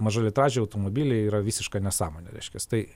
mažalitražiai automobiliai yra visiška nesąmonė reiškias tai